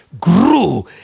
grew